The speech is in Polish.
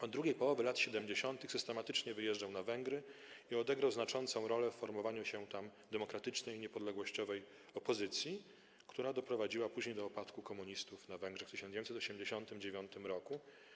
Od drugiej połowy lat 70. systematycznie wyjeżdżał na Węgry i odegrał znaczącą rolę w formowaniu się tam demokratycznej, niepodległościowej opozycji, która doprowadziła do upadku komunistów na Węgrzech w 1989 r.